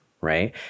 right